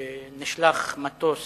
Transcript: נשלח מטוס